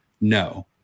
No